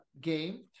game